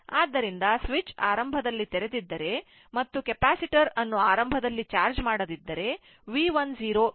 ಆದ್ದರಿಂದ ಸ್ವಿಚ್ ಆರಂಭದಲ್ಲಿ ತೆರೆದಿದ್ದರೆ ಮತ್ತು ಕೆಪಾಸಿಟರ್ ಅನ್ನು ಆರಂಭದಲ್ಲಿ ಚಾರ್ಜ್ ಮಾಡದಿದ್ದರೆ V 1 0 V 4 0 0 ಆಗುತ್ತದೆ